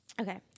Okay